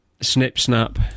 snip-snap